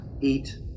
eat